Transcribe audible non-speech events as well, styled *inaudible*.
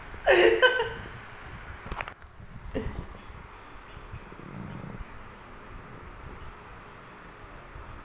*laughs*